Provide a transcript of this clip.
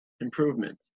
improvement